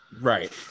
right